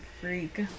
freak